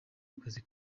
akazi